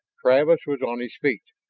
travis was on his feet.